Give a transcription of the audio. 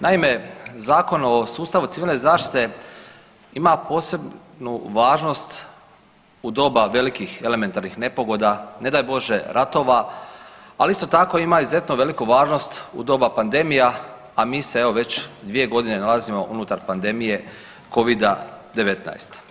Naime, Zakon o sustavu civilne zaštite ima posebnu važnost u doba velikih elementarnih nepogoda, ne daj bože ratova ali isto tako ima izuzetno veliku važnost u doba pandemija a mi se evo već dvije godine nalazimo unutar pandemije covida 19.